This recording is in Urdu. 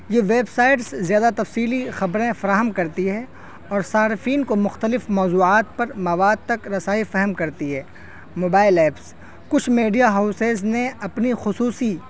یہ ویب سائڈس زیادہ تفصیلی خبریں فراہم کرتی ہیں اور صارفین کو مختلف موضوعات پر مواد تک رسائی فہم کرتی ہے موبائل ایپس کچھ میڈیا ہاؤسز نے اپنی خصوصی